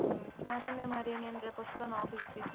సరేనే మరి నేను రేపు వస్తాను ఆఫీస్కి